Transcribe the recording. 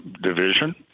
division